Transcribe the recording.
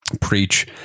preach